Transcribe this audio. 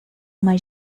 uma